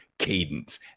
cadence